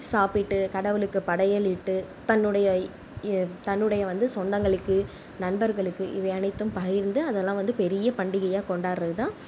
சாப்பிட்டு கடவுளுக்கு படையல் இட்டு தன்னுடைய தன்னுடைய வந்து சொந்தங்களுக்கு நண்பர்களுக்கு இவை அனைத்தும் பகிர்ந்து அதைலாம் வந்து பெரிய பண்டிகையாக கொண்டாடுகிறது தான்